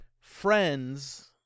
friends